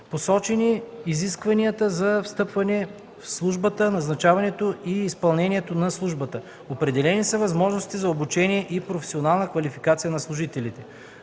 Посочени са изискванията за постъпване в службата, назначаването и изпълнението на службата. Определени са възможностите за обучение и професионална квалификация на служителите.